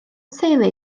teulu